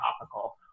topical